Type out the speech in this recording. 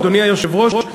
אדוני היושב-ראש,